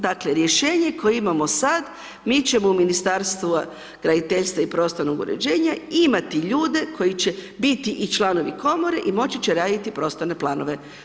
Dakle, rješenje koje imamo sad, mi ćemo u Ministarstvu graditeljstva i prostornog uređenja imati ljude koji će biti i članovi Komore i moći će raditi prostorne planove.